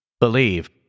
Believe